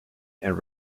and